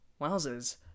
Wowzers